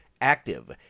active